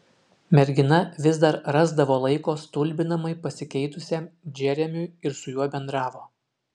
mergina vis dar rasdavo laiko stulbinamai pasikeitusiam džeremiui ir su juo bendravo